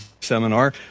seminar